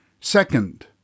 Second